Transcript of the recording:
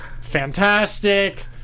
fantastic